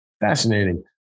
Fascinating